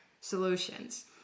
solutions